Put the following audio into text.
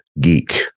geek